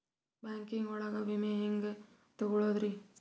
Banking ಒಳಗ ವಿಮೆ ಹೆಂಗ್ ತೊಗೊಳೋದ್ರಿ?